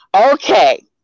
okay